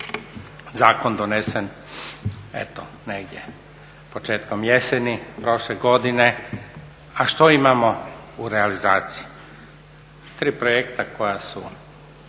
Zakon donesen eto negdje početkom jeseni prošle godine a što imamo u realizaciji? Tri projekta koja su